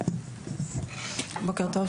בוקר טוב.